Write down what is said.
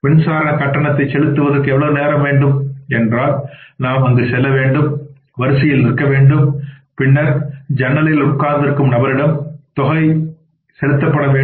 மின்சார கட்டணத்தை செலுத்துவதற்கு எவ்வளவு நேரம் வேண்டும் என்றால் நாம் அங்கு இருக்க வேண்டும் வரிசையில் நிற்க வேண்டும் பின்னர் ஜன்னலில் உட்கார்ந்திருக்கும் நபரிடம் தொகையை செலுத்த வேண்டும்